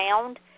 found